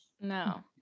No